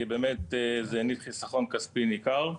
כי באמת זה חיסכון כספי ניכר.